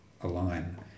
align